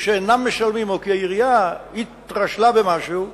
שאינם משלמים או כי העירייה התרשלה במשהו,